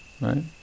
right